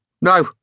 No